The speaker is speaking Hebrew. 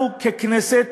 אנחנו ככנסת